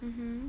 mmhmm